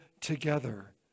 together